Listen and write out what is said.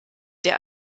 der